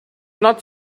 not